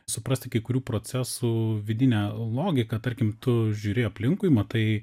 suprasti kai kurių procesų vidinę logiką tarkim tu žiūri aplinkui matai